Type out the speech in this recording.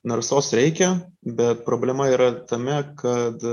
narsos reikia bet problema yra tame kad